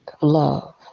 love